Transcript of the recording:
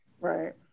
Right